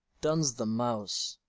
dun's the mouse,